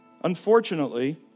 Unfortunately